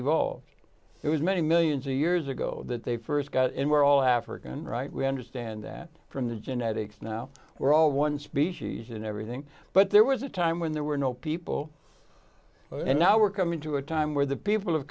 evolved it was many millions of years ago that they st got it we're all african right we understand that from the genetics now we're all one species and everything but there was a time when there were no people well now we're coming to a time where the people have